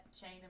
chain